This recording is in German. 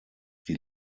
die